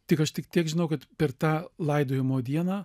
tik aš tik tiek žinau kad per tą laidojimo dieną